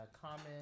comment